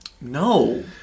No